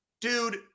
Dude